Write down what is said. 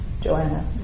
Joanna